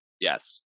Yes